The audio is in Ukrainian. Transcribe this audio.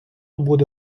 буде